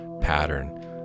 pattern